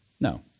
No